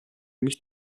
mich